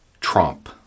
Trump